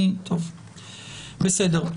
בסדר.